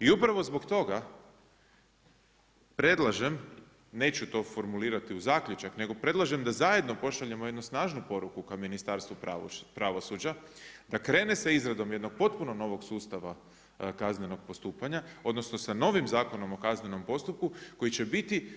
I upravo zbog toga predlažem neću to formulirati u zaključak, nego predlažem da zajedno pošaljemo jednu snažnu poruku kao Ministarstvo pravosuđa da krene sa izradom jednog potpuno novog sustava kaznenog postupanja, odnosno sa novim Zakonom o kaznenom postupku koji će biti